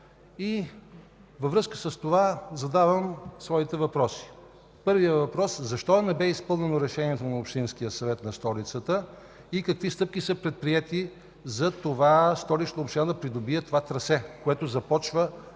и във връзка с това задавам своите въпроси: Защо не бе изпълнено решението на Общинския съвет на столицата и какви стъпки са предприети за това Столична община да придобие трасето, което започва от булевард